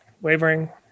wavering